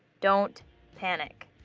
don't panic!